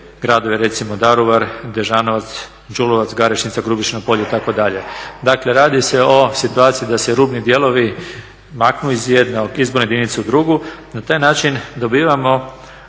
recimo Daruvar, Dežanovac, Đulovac, Garešnica, Grubišno Polje itd. Dakle, radi se o situaciji da se rubni dijelovi maknu iz jedne izborne jedinice u drugu. Na taj način dobivamo,